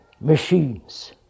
machines